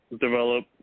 develop